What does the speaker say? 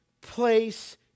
place